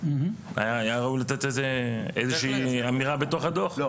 היה ראוי לתת איזושהי אמירה בתוך הדוח,